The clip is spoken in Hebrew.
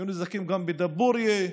היו נזקים גם בדבורייה,